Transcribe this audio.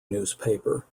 newspaper